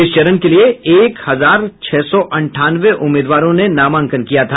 इस चरण के लिये एक हजार छह सौ अंठानवे उम्मीदवारों ने नामांकन किया था